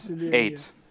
Eight